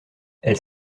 elle